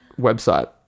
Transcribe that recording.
website